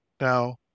Now